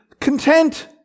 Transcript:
content